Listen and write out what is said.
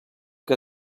que